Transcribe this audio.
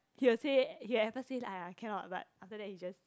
he will say he will at first say like !aiya! cannot but after that he just